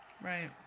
Right